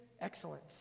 excellence